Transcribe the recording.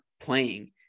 playing